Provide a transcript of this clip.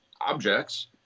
objects